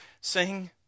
sing